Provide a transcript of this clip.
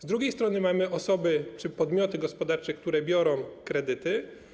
Z drugiej strony mamy osoby czy podmioty gospodarcze, które biorą kredyty.